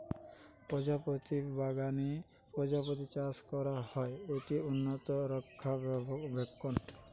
প্রজাপতি বাগানে প্রজাপতি চাষ করা হয়, এটি উন্নত রক্ষণাবেক্ষণ